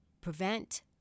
prevent